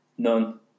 none